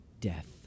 death